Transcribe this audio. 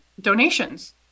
donations